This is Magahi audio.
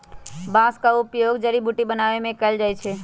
बांस का उपयोग जड़ी बुट्टी बनाबे में कएल जाइ छइ